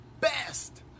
best